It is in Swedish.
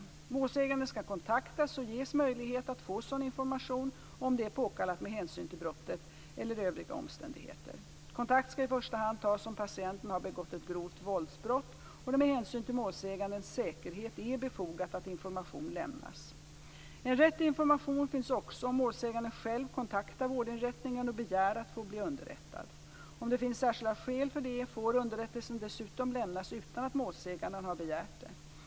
Målsägande skall kontaktas och ges möjlighet att få sådan information om det är påkallat med hänsyn till brottet eller övriga omständigheter. Kontakt skall i första hand tas om patienten har begått ett grovt våldsbrott och det med hänsyn till målsägandens säkerhet är befogat att information lämnas . En rätt till information finns också om målsäganden själv kontaktar vårdinrättningen och begär att få bli underrättad. Om det finns särskilda skäl för det får underrättelse dessutom lämnas utan att målsäganden har begärt det.